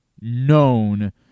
known